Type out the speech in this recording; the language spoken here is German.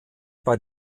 bei